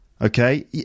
Okay